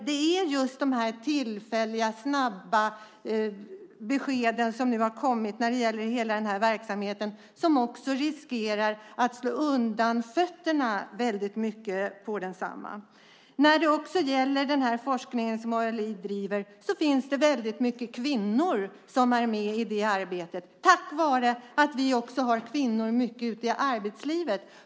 Det är just de tillfälliga, snabba besked som nu har kommit när det gäller hela den här verksamheten som innebär en risk att fötterna på densamma väldigt mycket slås undan. När det gäller den forskning som ALI driver är väldigt många kvinnor med i det arbetet tack vare att vi har många kvinnor ute i arbetslivet.